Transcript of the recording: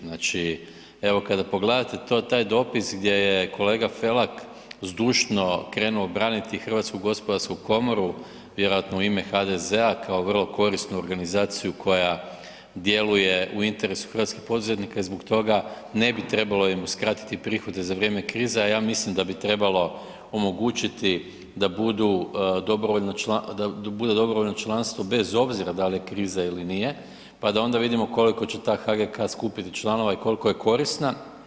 Znači evo, kada pogledate to, taj dopis, gdje je kolega Felak zdušno krenuo braniti Hrvatsku gospodarsku komoru, vjerojatno u ime HDZ-a kao vrlo korisnu organizaciju koja djeluje u interesu hrvatskih poduzetnika i zbog toga ne bi trebalo im uskratiti prihode za vrijeme krize, a ja mislim da bi trebalo omogućiti da budu, da bude dobrovoljno članstvo bez obzira da li je kriza ili nije, pa da onda vidimo koliko će ta HGK skupiti članova i koliko je korisna.